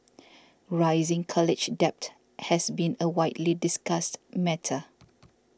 rising college debt has been a widely discussed matter